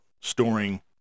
storing